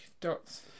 dots